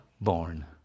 born